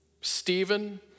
Stephen